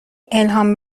الهام